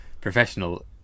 professional